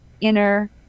inner